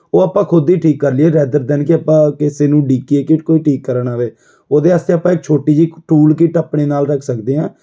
ਉਹ ਆਪਾਂ ਖੁਦ ਹੀ ਠੀਕ ਕਰ ਲਈਏ ਰੈਦਰ ਦੈਨ ਕਿ ਆਪਾਂ ਕਿਸੇ ਨੂੰ ਉਡੀਕੀਏ ਕਿ ਕੋਈ ਠੀਕ ਕਰਨ ਆਵੇ ਉਹਦੇ ਵਾਸਤੇ ਆਪਾਂ ਇੱਕ ਛੋਟੀ ਜਿਹੀ ਇੱਕ ਟੂਲ ਕਿੱਟ ਆਪਣੇ ਨਾਲ ਰੱਖ ਸਕਦੇ ਹਾਂ